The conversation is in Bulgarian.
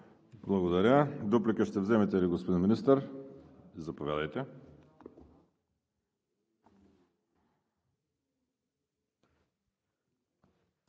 Благодаря. Дуплика ще вземете ли, господин Министър? Заповядайте.